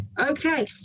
okay